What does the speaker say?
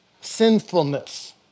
sinfulness